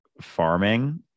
farming